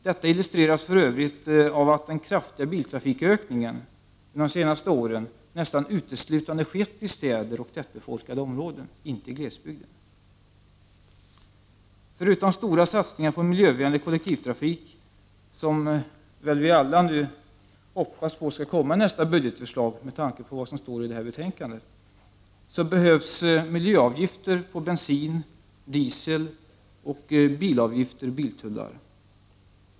Detta illustreras för övrigt av att den kraftiga biltrafikökningen under de senaste åren nästan uteslutande skett i städer och tättbefolkade områden, inte i glesbygd. Förutom stora satsningar på miljövänlig kollektivtrafik, som vi väl alla nu hoppas skall komma i nästa budgetförslag med tanke på vad som står i detta betänkande, behövs miljöavgifter på bensin och diesel samt biltullar.